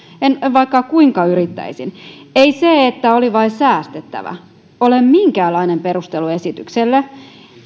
en vaikka kuinka yrittäisin ei se että oli vain säästettävä ole minkäänlainen perustelu esitykselle